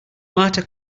marta